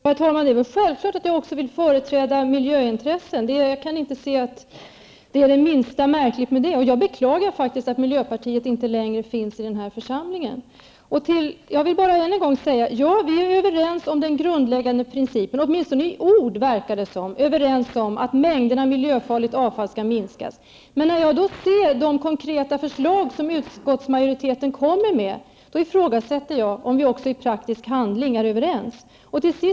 Herr talman! Det är självklart att jag också vill företräda miljöintressen. Jag kan inte se att det är det minsta märkligt med det. Jag beklagar att miljöpartiet inte längre finns i denna församling. Ja, vi är överens om den grundläggande principen -- åtminstone verkar det så i ord -- att mängderna miljöfarligt avfall skall minskas. När jag ser de konkreta förslag som utskottsmajoriteten kommer med, ifrågasätter jag om vi i praktisk handling är överens.